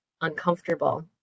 uncomfortable